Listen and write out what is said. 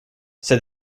said